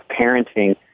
parenting